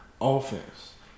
offense